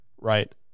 Right